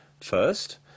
First